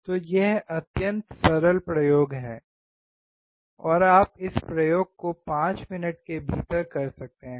तो यह अत्यंत सरल प्रयोग है और आप इस प्रयोग को 5 मिनट के भीतर कर सकते हैं